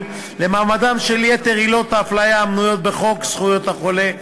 למעמדן של יתר עילות ההפליה המנויות בחוק זכויות החולה,